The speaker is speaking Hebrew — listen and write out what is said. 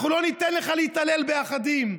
אנחנו לא ניתן לך להתעלל באחדים.